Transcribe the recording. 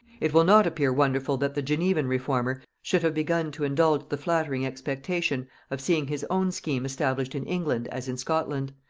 it will not appear wonderful that the genevan reformer should have begun to indulge the flattering expectation of seeing his own scheme established in england as in scotland,